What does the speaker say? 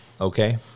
okay